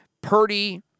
Purdy